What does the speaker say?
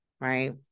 Right